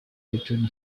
between